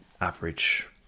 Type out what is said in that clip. average